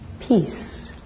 peace